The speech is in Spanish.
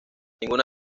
ninguna